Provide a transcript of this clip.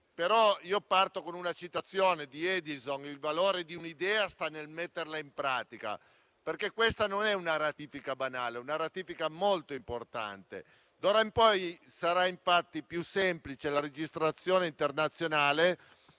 Parto con una citazione di Edison: il valore di un'idea sta nel metterla in pratica. Questa non è una ratifica banale, ma molto importante: d'ora in poi sarà infatti più semplice la registrazione internazionale